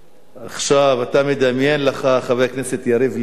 עכשיו, אתה מדמיין לך, חבר הכנסת יריב לוין,